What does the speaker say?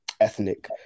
ethnic